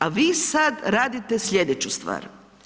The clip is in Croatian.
A vi sad radite slijedeću stvar.